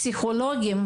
פסיכולוגיים,